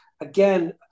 again